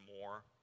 more